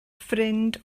ffrind